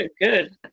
good